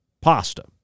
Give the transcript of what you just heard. pasta